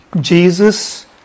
Jesus